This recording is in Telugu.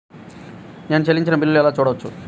నేను చెల్లించిన బిల్లు ఎలా చూడవచ్చు?